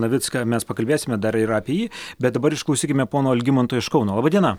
navicką mes pakalbėsime dar ir apie jį bet dabar išklausykime pono algimanto iš kauno diena